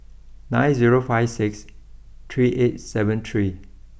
nine zero five six three eight seven three